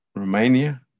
Romania